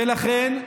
לכן,